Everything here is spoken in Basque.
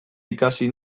ikasi